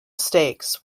stakes